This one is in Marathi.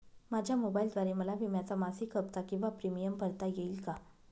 माझ्या मोबाईलद्वारे मला विम्याचा मासिक हफ्ता किंवा प्रीमियम भरता येईल का?